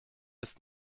ist